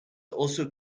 also